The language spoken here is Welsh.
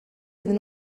iddyn